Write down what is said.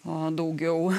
o daugiau